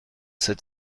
sept